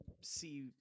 see